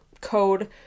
code